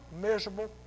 miserable